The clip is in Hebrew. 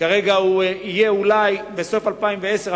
כרגע נראה שהוא יהיה אולי בסוף 2010,